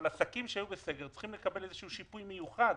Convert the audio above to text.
עסקים שהיו בסגר צריכים לקבל שיפוי מיוחד,